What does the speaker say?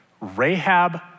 Rahab